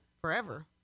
forever